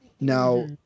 Now